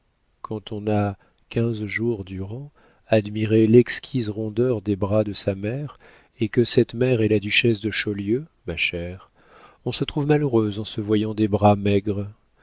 quand on a quinze jours durant admiré l'exquise rondeur des bras de sa mère et que cette mère est la duchesse de chaulieu ma chère on se trouve malheureuse en se voyant des bras maigres